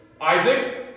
Isaac